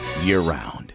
year-round